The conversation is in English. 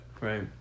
Right